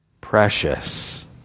precious